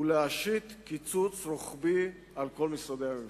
היא להשית קיצוץ רוחבי על כל משרדי הממשלה.